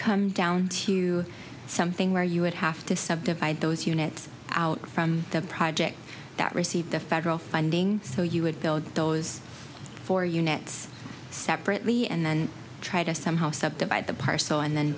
come down to something where you would have to subdivide those units out from the projects that received the federal funding so you would build those four units separately and then try to somehow septa by the parcel and then